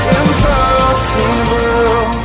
impossible